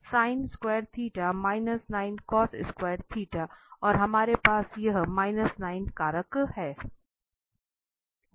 तो और हमारे पास यह 9 कारक है